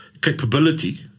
capability